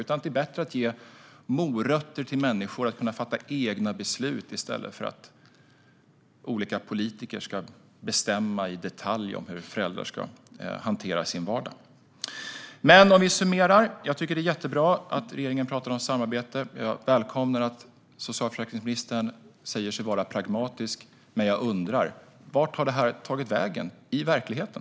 Det är bättre att ge morötter till människor att fatta egna beslut i stället för att olika politiker ska bestämma i detalj om hur föräldrar ska hantera sin vardag. Låt oss summera. Jag tycker att det är mycket bra att regeringen pratar om samarbete. Jag välkomnar att socialförsäkringsministern säger sig vara pragmatisk, men jag undrar vart detta har tagit vägen i verkligheten.